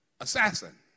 assassin